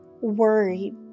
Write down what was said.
worried